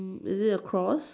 is it a cross